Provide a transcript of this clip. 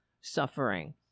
suffering